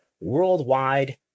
Worldwide